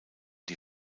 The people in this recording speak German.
die